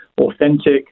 authentic